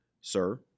sir